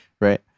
right